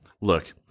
Look